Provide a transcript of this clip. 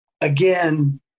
again